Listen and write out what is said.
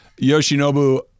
Yoshinobu